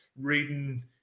reading